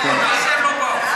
זה הכול.